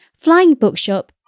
flyingbookshop